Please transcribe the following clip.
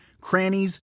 crannies